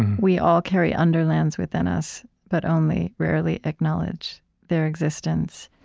we all carry underlands within us, but only rarely acknowledge their existence.